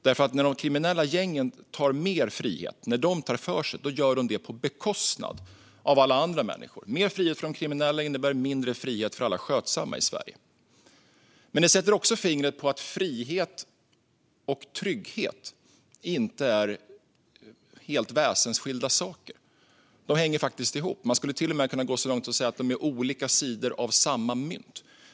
När de kriminella gängen tar mer frihet och tar för sig gör de det på bekostnad av alla andra människor. Mer frihet för de kriminella innebär mindre frihet för alla skötsamma i Sverige. Men det sätter också fingret på att frihet och trygghet inte är helt väsensskilda saker. De hänger faktiskt ihop. Man skulle till och med kunna gå så långt som att säga att de är olika sidor av samma mynt. Fru talman!